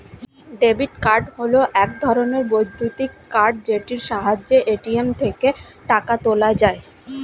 debit card হল এক ধরণের বৈদ্যুতিক কার্ড যেটির সাহায্যে এ.টি.এম থেকে টাকা তোলা যায়